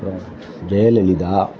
அப்புறம் ஜெயலலிதா